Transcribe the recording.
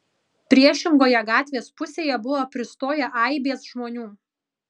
priešingoje gatvės pusėje buvo pristoję aibės žmonių